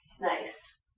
Nice